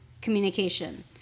communication